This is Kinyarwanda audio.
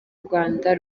rwanda